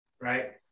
Right